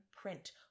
print